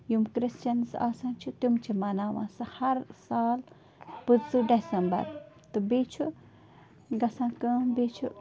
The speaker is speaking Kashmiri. یِم کرسچَنٕز آسان چھِ تِم چھِ مناوان سُہ ہر سال پٕنٛژٕہ ڈیٚسمبر تہٕ بیٚیہِ چھُ گَژھان کٲم بیٚیہِ چھُ